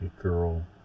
Girl